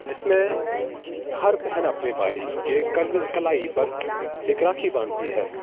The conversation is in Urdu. جس میں ہر بہن اپنے بھائی کے کل کلائی پر ایک راکھی باندھتی ہے